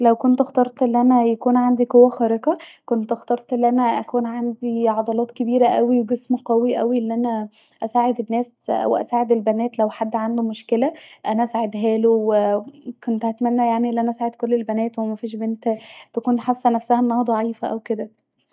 لو كنت اخترت أن انا يكون عندي قوه خارقه كنت أخترت أن انا يكون عندي عضلات كبيره اوي ويكون جسمي قوي اوي أن انا اساعد الناس أو اساعد البنات لو حد عنده مشكله انا اساعدهاله وكنت هتمني يعني أن انا اساعد كل البنات ومفيش بنت تكون حاسه نفسها انها ضعيفه أو كدا